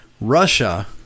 Russia